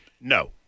no